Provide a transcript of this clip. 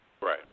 Right